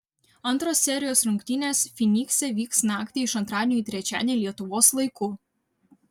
antros serijos rungtynės fynikse vyks naktį iš antradienio į trečiadienį lietuvos laiku